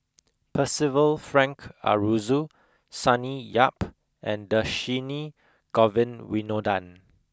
Percival Frank Aroozoo Sonny Yap and Dhershini Govin Winodan